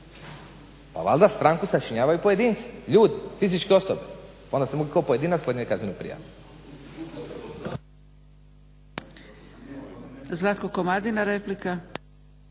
a valjda stranku sačinjavaju pojedinci, ljudi, fizičke osobe, onda to mogu kao pojedinac podnijet kaznenu prijavu.